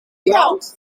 brand